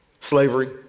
Slavery